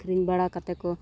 ᱟᱹᱠᱷᱨᱤᱧ ᱵᱟᱲᱟ ᱠᱟᱛᱮ ᱠᱚ